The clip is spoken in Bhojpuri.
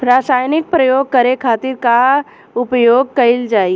रसायनिक प्रयोग करे खातिर का उपयोग कईल जाइ?